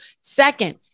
Second